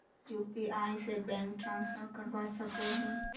UPI से bank transfer करवा सकोहो ही?